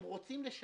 הם רוצים לשלם.